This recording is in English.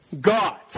God